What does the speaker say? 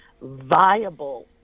viable